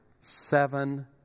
seven